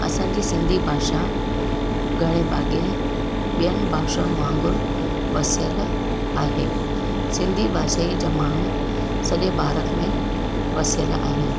असांजी सिंधी भाषा घणे भाॻे ॿियनि भाषाऊनि वागुंरु वसियल आहे सिंधी भाषा जा माण्हू सॼे भारत में वसियल आहिनि